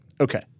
Okay